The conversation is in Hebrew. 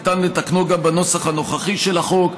ניתן לתקנו גם בנוסחו הנוכחי של החוק,